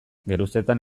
geruzetan